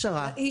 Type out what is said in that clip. לאיש.